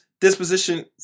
disposition